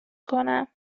کنم